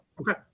okay